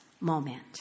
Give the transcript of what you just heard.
moment